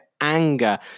anger